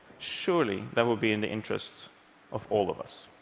surely, that would be in the interest of all of us.